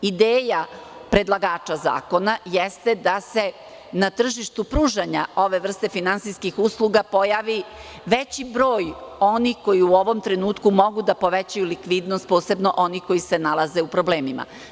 Ideja predlagača zakona jeste da se na tržištu pružanja ove vrste finansijskih usluga pojavi veći broj onih koji u ovom trenutku mogu da povećaju likvidnost, posebno onih koji se nalaze u problemima.